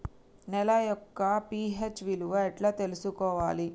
నేల యొక్క పి.హెచ్ విలువ ఎట్లా తెలుసుకోవాలి?